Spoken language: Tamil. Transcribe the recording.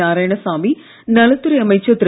நாராயணசாமி நலத்துறை அமைச்சர் திரு